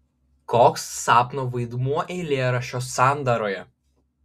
koks sapno vaidmuo eilėraščio sandaroje